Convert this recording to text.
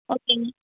ஓக்கேங்க